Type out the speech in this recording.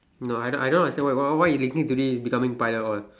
no I don't I don't understand why why why you linking to this becoming pilot all